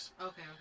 okay